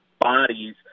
bodies